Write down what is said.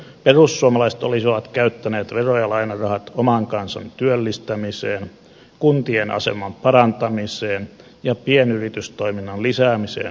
perussuomalaiset olisivat käyttäneet vero ja lainarahat oman kansan työllistämiseen kuntien aseman parantamiseen ja pienyritystoiminnan lisäämiseen suomessa